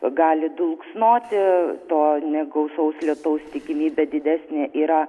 gali dulksnoti to negausaus lietaus tikimybė didesnė yra